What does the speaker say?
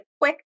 quick